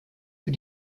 für